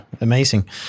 Amazing